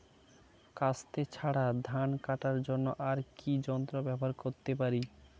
কাস্তে ছাড়া ধান কাটার জন্য আর কি যন্ত্র ব্যবহার করতে পারি?